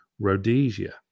rhodesia